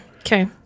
Okay